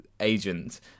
agent